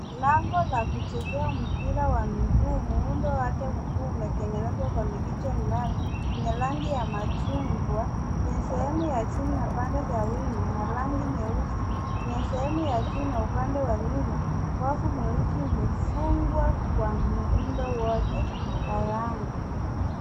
Lango la kuchezea mpira wa miguu. Muundo wake ukiwa umetengenezwa kwa mirija yenye rangi ya machungwa. Kwenye sehemu ya chini na pande za wima na rangi nyesui. Kwenye sehemu ya juu na upande wa nyuma, wavu mweusi umefungwa kwa muundo wote wa lango.